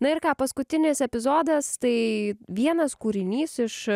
na ir ką paskutinis epizodas tai vienas kūrinys iš